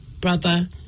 Brother